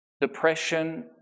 Depression